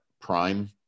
Prime